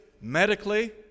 medically